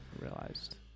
realized